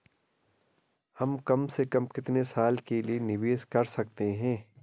हम कम से कम कितने साल के लिए निवेश कर सकते हैं?